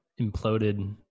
imploded